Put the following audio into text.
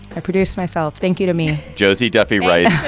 i produced myself. thank you to me josie duffie. right.